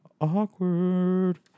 awkward